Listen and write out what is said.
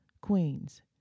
Queens